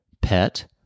Pet